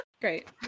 Great